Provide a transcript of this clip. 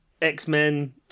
X-Men